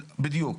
בדיוק.